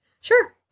sure